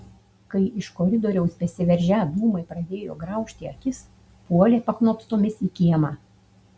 kai iš koridoriaus besiveržią dūmai pradėjo graužti akis puolė paknopstomis į kiemą